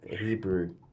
Hebrew